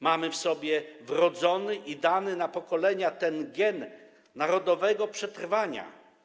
Mamy w sobie wrodzony i dany na pokolenia gen narodowego przetrwania.